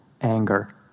anger